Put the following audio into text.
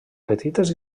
petites